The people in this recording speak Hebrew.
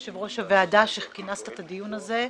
יושב-ראש הוועדה, שכינסת את הדיון הזה,